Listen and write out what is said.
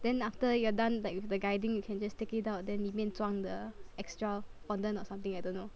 then after you're done like with the guiding you can just take it out then 里面装 the extra fondant or something I don't know